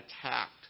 attacked